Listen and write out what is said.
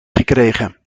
gekregen